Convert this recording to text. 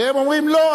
והם אומרים: לא,